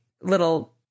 little